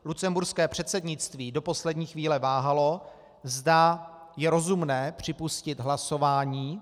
Lucemburské předsednictví do poslední chvíle váhalo, zda je rozumné připustit hlasování.